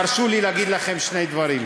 תרשו לי להגיד לכם שני דברים,